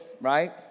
Right